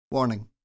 Warning